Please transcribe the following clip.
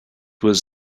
was